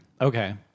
Okay